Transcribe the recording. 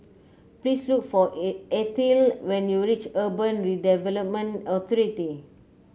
please look for Ethyle when you reach Urban Redevelopment Authority